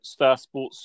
Starsports